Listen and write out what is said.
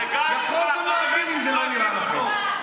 זה לא נעצר אצלנו.